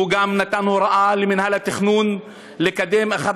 הוא גם נתן הוראה למינהל התכנון לקדם 11